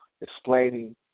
explaining